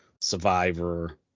Survivor